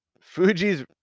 Fuji's